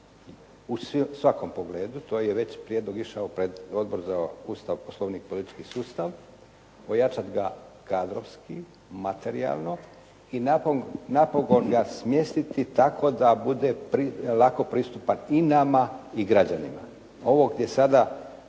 u svakom pogledu. To je već prijedlog išao pred Odbor za Ustav, Poslovnik i politički sustav, ojačati ga kadrovski, materijalno i napokon ga smjestiti tako da bude lako pristupan i nama i građanima. Ovo gdje sada